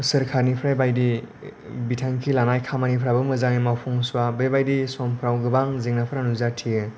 सोरखारनिफ्राय बायदि बिथांखि लानाय खामानिफ्राबो मोजाङै मावफुंस'वा बेबायदि समफ्राव गोबां जेंनाफोरा नुजाथियो